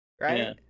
right